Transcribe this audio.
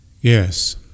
Yes